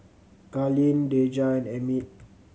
Carleen Dejah and Emmit